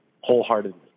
wholeheartedly